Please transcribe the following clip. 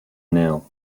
nail